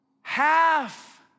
half